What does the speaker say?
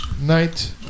night